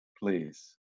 please